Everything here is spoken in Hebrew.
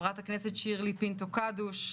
חברת הכנסת שירלי פינטו קדוש,